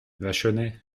vachonnet